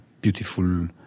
beautiful